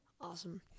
Awesome